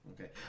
Okay